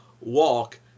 walk